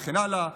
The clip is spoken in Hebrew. וכן הלאה.